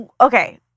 Okay